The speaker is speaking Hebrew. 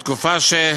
בתקופה,